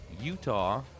Utah